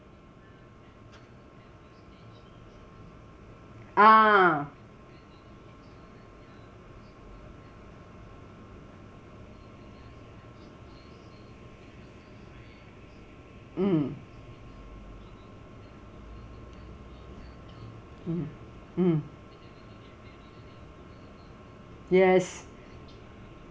ah mm mm mm yes